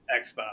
Xbox